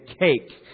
cake